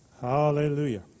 Hallelujah